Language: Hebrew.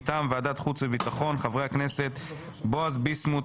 מטעם ועדת חוץ וביטחון: בועז ביסמוט,